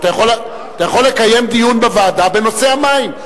אתה יכול לקיים דיון בוועדה בנושא המים,